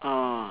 orh